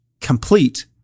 complete